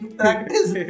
practice